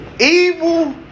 evil